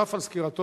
נוסף על סקירתו